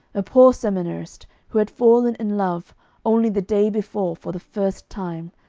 a poor seminarist who had fallen in love only the day before for the first time,